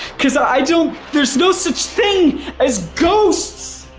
cause i don't, there's no such thing as ghosts!